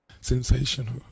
Sensational